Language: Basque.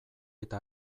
eta